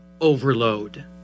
overload